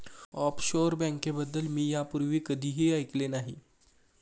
offshore बँकेबद्दल मी यापूर्वी कधीही ऐकले नाही